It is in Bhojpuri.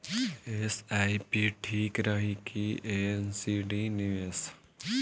एस.आई.पी ठीक रही कि एन.सी.डी निवेश?